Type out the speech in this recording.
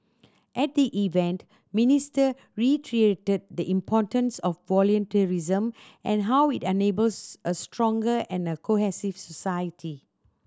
at the event Minister reiterated the importance of volunteerism and how it enables a stronger and cohesive society